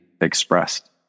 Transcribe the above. expressed